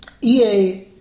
EA